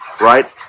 right